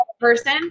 person